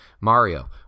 mario